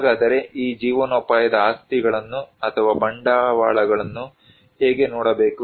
ಹಾಗಾದರೆ ಈ ಜೀವನೋಪಾಯದ ಆಸ್ತಿಗಳನ್ನು ಅಥವಾ ಬಂಡವಾಳಗಳನ್ನು ಹೇಗೆ ನೋಡಬೇಕು